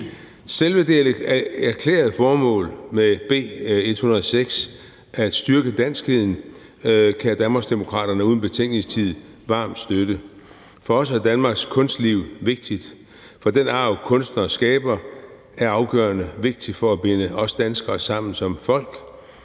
Selve det erklærede formål med B 106, nemlig at styrke danskheden, kan Danmarksdemokraterne uden betænkningstid varmt støtte. For os er Danmarks kunstliv vigtigt, for den arv, kunstnere skaber, er afgørende vigtig for at binde os danskere sammen som folk.